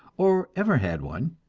or ever had one,